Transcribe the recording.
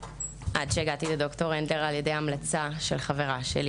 עד שהגעתי לדר' הנדלר אחרי המלצה של חברה שלי